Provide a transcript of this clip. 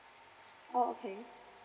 oh okay